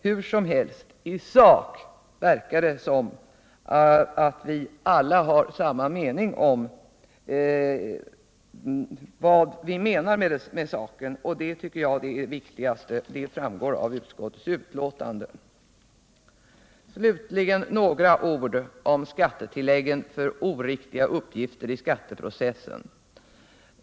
Hur som helst — i såk verkar det som om vi alla hade samma mening — det framgår av utskottets betänkande — och det tycker jag är det viktigaste. Slutligen några ord om skattetilläggen för oriktiga uppgifter i skatteprocessen.